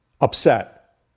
upset